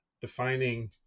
defining